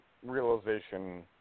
Realization